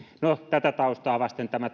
no tätä taustaa vasten tämä